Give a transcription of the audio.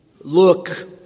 look